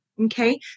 okay